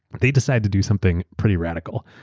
they decide to do something pretty radical.